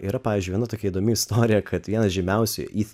ir pavyzdžiui viena tokia įdomi istorija kad vienas žymiausių